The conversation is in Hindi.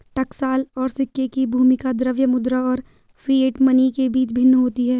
टकसाल और सिक्के की भूमिका द्रव्य मुद्रा और फिएट मनी के बीच भिन्न होती है